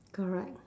correct